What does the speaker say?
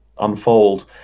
unfold